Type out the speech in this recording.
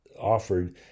offered